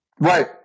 right